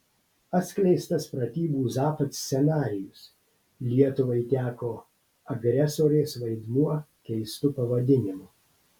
atskleistas pratybų zapad scenarijus lietuvai teko agresorės vaidmuo keistu pavadinimu